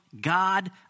God